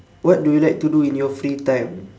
what do you like to do in your free time